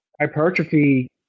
hypertrophy